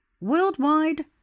Worldwide